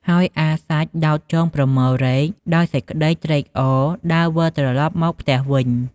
ហើយអារសាច់ដោតចងប្រមូលរែក ដោយសេចក្តីត្រេកអរដើរវិលត្រឡប់មកផ្ទះវិញ។